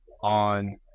on